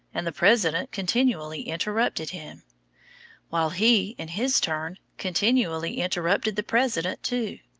and the president continually interrupted him while he, in his turn, continually interrupted the president too.